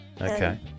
Okay